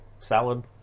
salad